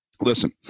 listen